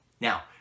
Now